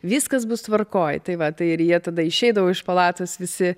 viskas bus tvarkoj tai vat tai ir jie tada išeidavo iš palatos visi